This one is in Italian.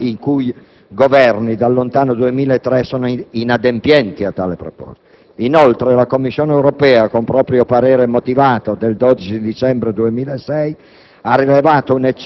dell'Italia, i cui Governi dal lontano 2003 sono inadempienti a tale proposito. Inoltre, la Commissione europea, con proprio parere motivato del 12 dicembre 2006,